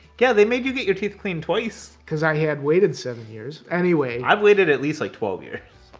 yeah, they made you get your teeth cleaned twice. cause i had waited seven years. anyway. i waited at least like twelve years.